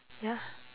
ya